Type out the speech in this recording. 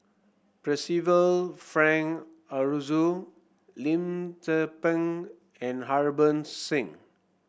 Percival Frank Aroozoo Lim Tze Peng and Harbans Singh